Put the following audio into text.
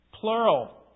plural